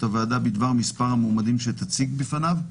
הוועדה בדבר מספר המועמדים שתציג בפניו,